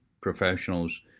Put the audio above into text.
professionals